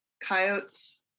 Coyotes